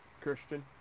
Christian